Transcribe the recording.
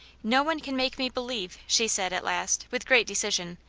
no one can make me believe, she said, at last, with great decision,